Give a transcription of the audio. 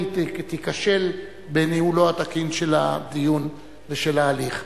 היא תיכשל בניהולו התקין של הדיון ושל ההליך.